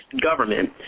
government